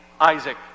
Isaac